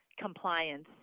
compliance